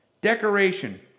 decoration